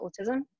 autism